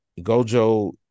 Gojo